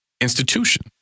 institution